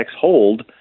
hold